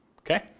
Okay